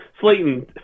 Slayton